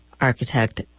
architect